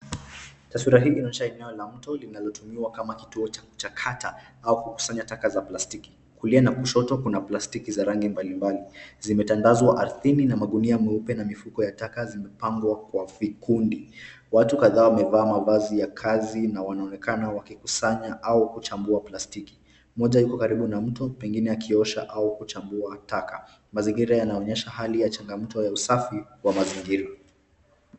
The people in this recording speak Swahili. Taswira hii inaonyesha eneo la mto linalotumiwa kama kituo cha kuchakata, au kukusanya taka za plastiki. Kulia na kushoto kuna plastiki za rangi mbali mbali, zimetandazwa ardhini na mangunia meupe na mifuko ya taka zimepangwa kwa vikindi. Watu kadhaa wamevaa mavazi ya kazi na wanaonekana wakikusanya au kuchambua plastiki. Mmoja yuko karibu na mto pengine akiosha au kuchambua taka. Mazingira yanaonyesha hali ya changamoto ya usafi wa mazingira.